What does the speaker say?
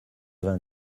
vingt